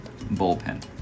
bullpen